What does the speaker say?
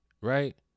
Right